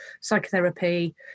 psychotherapy